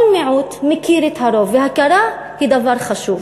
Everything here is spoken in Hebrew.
כל מיעוט מכיר את הרוב, והכרה היא דבר חשוב.